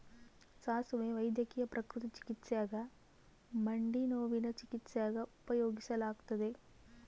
ಸಾಸುವೆ ವೈದ್ಯಕೀಯ ಪ್ರಕೃತಿ ಚಿಕಿತ್ಸ್ಯಾಗ ಮಂಡಿನೋವಿನ ಚಿಕಿತ್ಸ್ಯಾಗ ಉಪಯೋಗಿಸಲಾಗತ್ತದ